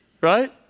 Right